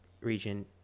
region